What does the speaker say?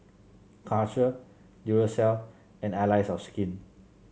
Karcher Duracell and Allies of Skin